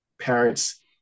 parents